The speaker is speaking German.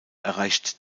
erreicht